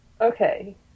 Okay